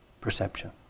perception